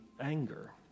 anger